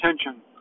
attention